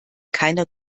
keiner